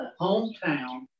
hometown